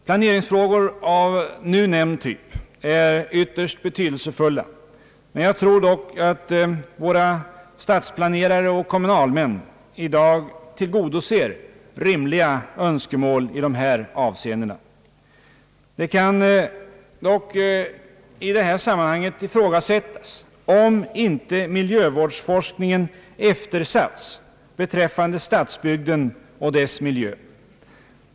Planeringsfrågor av nu nämnd typ är ytterst betydelsefulla. Men jag tror ati våra stadsplanerare och kommunalmän i dag i stort sett tillgodoser rimliga önskemål på stadsplanernas utformning. Det kan dock i detta sammanhang ifrågasättas om inte miljövårdsforskningen eftersatts beträffande stadsbygden och dess miljö.